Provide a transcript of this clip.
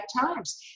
times